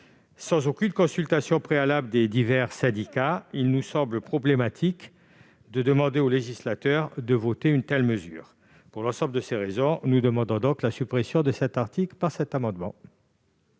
sans consultation préalable des divers syndicats, il semble problématique de demander au législateur de voter une telle mesure. Pour l'ensemble de ces raisons, nous demandons la suppression de cet article. Quel est